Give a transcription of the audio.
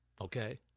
okay